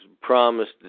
promised